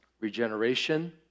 regeneration